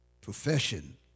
profession